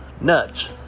nuts